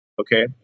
Okay